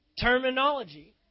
terminology